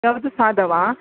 ಯಾವುದು ಸಾದಾವ